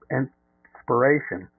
inspiration